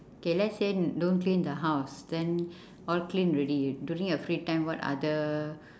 okay let's say don't clean the house then all clean already during your free time what other